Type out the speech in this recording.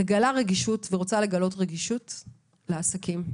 מגלה רגישות ורוצה לגלות רגישות לעסקים.